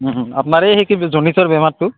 আপোনাৰ সেই কি জণ্ডিছৰ বেমাৰটো